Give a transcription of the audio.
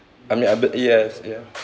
I mean I be~ yes ya